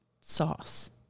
sauce